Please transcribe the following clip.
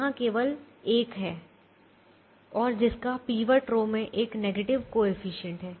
यहां केवल 1 है और जिसका पीवट रो में एक नेगेटिव कोएफिशिएंट है